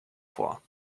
vor